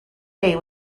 day